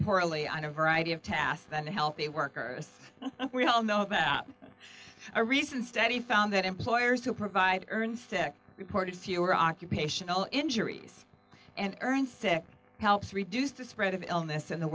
of variety of tasks than the healthy workers we all know about a recent study found that employers to provide earned sick reported fewer occupational injuries and earn sick helps reduce the spread of illness in the